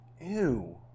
ew